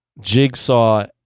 Jigsaw